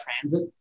transit